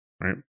right